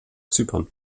zypern